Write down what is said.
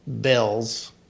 Bills